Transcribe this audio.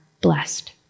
blessed